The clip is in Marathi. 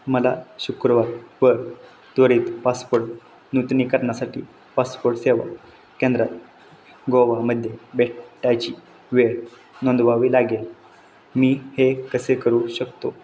मला शुक्रवारवर त्वरित पासपोट नूतनीकरणासाठी पासपोर्ट सेवा केंद्रात गोवामध्ये भेटायची वेळ नोंदवावी लागेल मी हे कसे करू शकतो